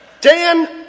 Dan